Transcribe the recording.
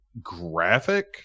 graphic